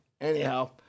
Anyhow